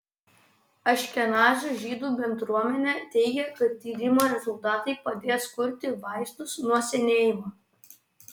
aškenazių žydų bendruomenę teigia kad tyrimo rezultatai padės kurti vaistus nuo senėjimo